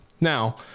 Now